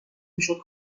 میشد